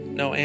no